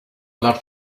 love